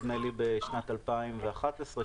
נדמה לי בשנת 2012,